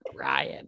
Ryan